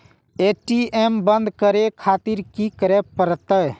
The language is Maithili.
ए.टी.एम बंद करें खातिर की करें परतें?